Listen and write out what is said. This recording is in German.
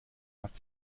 hat